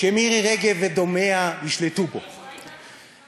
שמירי רגב ודומיה ישלטו בו.